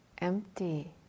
Empty